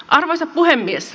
arvoisa puhemies